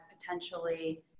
potentially